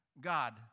God